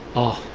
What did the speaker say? oh,